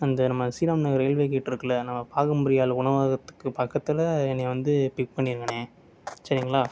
அந்த நம்ம ஸ்ரீராம் நகர் ரயில்வேகேட் இருக்குல்ல நம்ம பாகம்பிரியாள் உணவகத்துக்கு பக்கத்தில் என்னையை வந்து பிக் பண்ணிருங்கண்ணே சரிங்களா